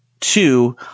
Two